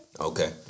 Okay